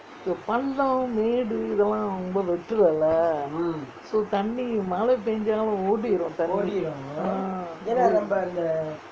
இந்த பள்ளம் மேடு இதெல்லாம் ரொம்ப வெட்டுலே லே:intha pallam maedu ithellam romba vettulae lae so தண்ணீ மழை பேஞ்சாலும் ஓடிரும் தண்ணீ:thanni mazhai penjaalum odirum thanni ah ஓடிரும்:odirum